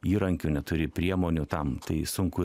įrankių neturi priemonių tam tai sunku